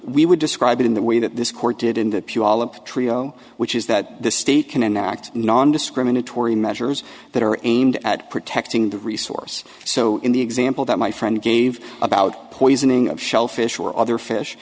we would describe it in the way that this court did in that pew all of trio which is that the state can enact nondiscriminatory measures that are aimed at protecting the resource so in the example that my friend gave about poisoning of shellfish or other fish